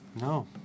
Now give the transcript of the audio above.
No